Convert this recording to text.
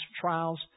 trials